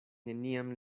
neniam